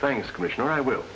things commissioner i will